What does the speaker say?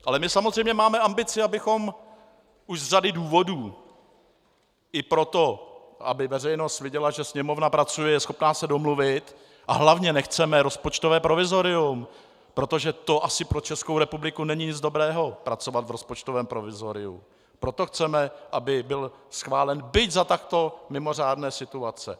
Ale my samozřejmě máme ambici, už z řady důvodů, i proto, aby veřejnost viděla, že Sněmovna pracuje, je schopná se domluvit, a hlavně nechceme rozpočtové provizorium, protože to asi pro Českou republiku není nic dobrého, pracovat v rozpočtovém provizoriu proto chceme, aby byl schválen, byť za takto mimořádné situace.